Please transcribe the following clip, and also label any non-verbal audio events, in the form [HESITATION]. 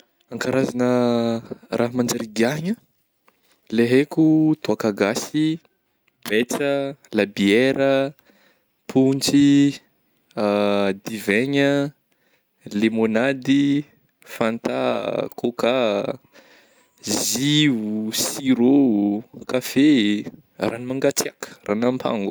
Karazagna [HESITATION] raha manjary igiahigna le haiko tôka gasy, betsa, labiera, pontsy, [HESITATION] divaigna, lemonady, fantà, coca, jus o, sirô, kafe, ragno mangatsiaka, ragno ampango.